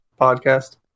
podcast